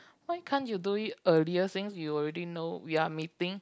why can't you do it earlier since you already know we are meeting